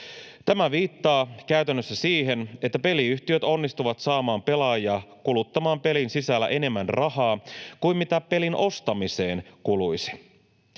Tämä viittaa käytännössä siihen, että peliyhtiöt onnistuvat saamaan pelaajia kuluttamaan pelin sisällä enemmän rahaa kuin mitä pelin ostamiseen kuluisi.